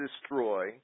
destroy